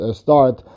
start